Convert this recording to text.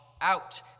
out